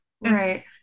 right